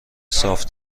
صاف